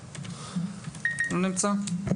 אני רוצה לפתוח ולומר לך הצלחה בוועדה יוסי.